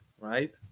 Right